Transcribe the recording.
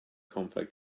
comfy